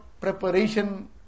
preparation